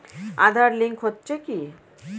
Aadhaar link হচ্ছে কি?